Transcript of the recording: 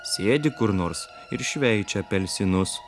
sėdi kur nors ir šveičia apelsinus